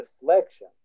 reflection